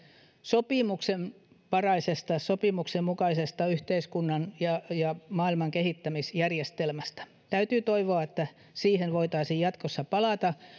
sopimuksenvaraisesta sopimuksenmukaisesta yhteiskunnan ja ja maailman kehittämisjärjestelmästä täytyy toivoa että siihen voitaisiin jatkossa palata